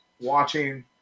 watching